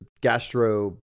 gastro